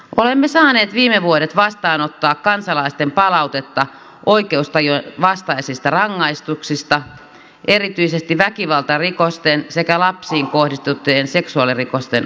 olemme saaneet viime vuodet vastaanottaa kansalaisten palautetta oikeustajun vastaisista rangaistuksista erityisesti väkivaltarikosten sekä lapsiin kohdistettujen seksuaalirikosten osalta